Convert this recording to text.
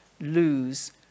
lose